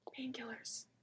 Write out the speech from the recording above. Painkillers